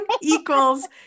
equals